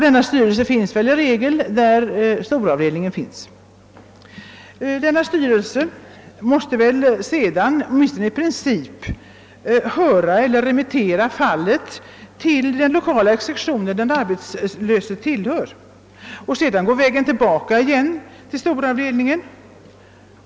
Denna styrelse finns väl i regel där storavdelningen finns. Styrelsen måste väl sedan, åtminstone i princip, höra eller remittera fallet till den 1okala sektion som den avstängda arbetslöse tillhör. Sedan går vägen tillbaka igen till storavdelningen.